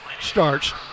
starts